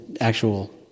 actual